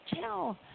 tell